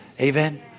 Amen